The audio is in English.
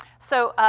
so,